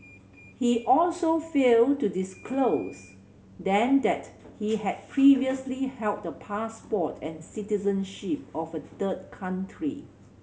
he also failed to disclose then that he had previously held the passport and citizenship of a third country